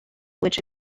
which